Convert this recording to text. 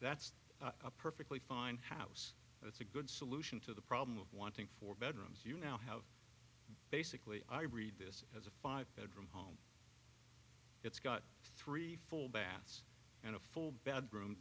that's a perfectly fine house that's a good solution to the problem of wanting four bedrooms you now have basically i read this as a five bedroom it's got three full baths and a full bedroom